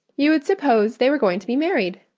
you would suppose they were going to be married.